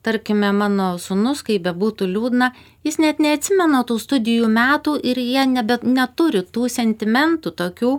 tarkime mano sūnus kaip bebūtų liūdna jis net neatsimena tų studijų metų ir jie nebe neturi tų sentimentų tokių